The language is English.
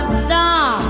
star